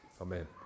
amen